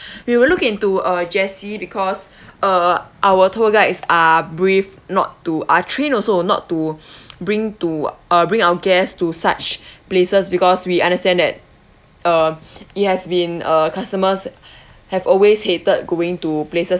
we will look into uh jessie because uh our tour guides are brief not to are trained also not to bring to uh bring our guests to such places because we understand that uh it has been uh customers have always hated going to places